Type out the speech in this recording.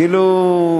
כאילו,